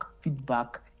Feedback